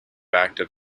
active